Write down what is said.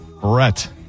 Brett